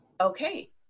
Okay